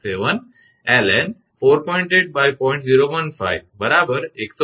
015 150